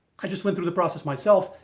i just went through the process myself,